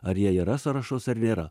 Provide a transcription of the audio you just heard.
ar jie yra sąrašuos ar nėra